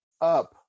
up